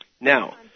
Now